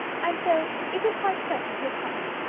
and so, is it quite certain he is coming?